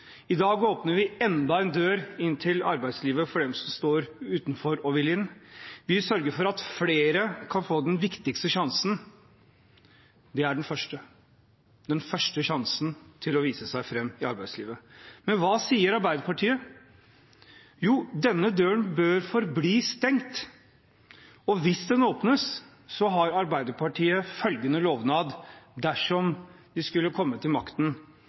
I dag åpner vi enda en dør inn til arbeidslivet for dem som står utenfor og vil inn. Vi sørger for at flere kan få den viktigste sjansen – den første sjansen til å vise seg fram i arbeidslivet. Men hva sier Arbeiderpartiet? Jo, denne døren bør forbli stengt. Og hvis den åpnes, har Arbeiderpartiet følgende lovnad, dersom de skulle komme til makten: